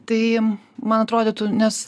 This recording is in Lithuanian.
tai man atrodytų nes